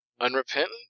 unrepentant